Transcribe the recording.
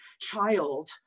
child